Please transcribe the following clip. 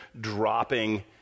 dropping